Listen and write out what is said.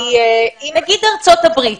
נגיד ארצות הברית.